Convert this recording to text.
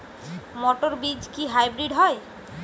মটর বীজ কি হাইব্রিড হয়?